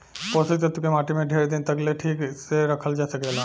पोषक तत्व के माटी में ढेर दिन तक ले ठीक से रखल जा सकेला